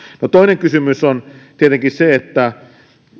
toinen kysymys on tietenkin se että